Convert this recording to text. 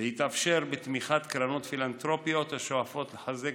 והתאפשר בתמיכת קרנות פילנתרופיות השואפות לחזק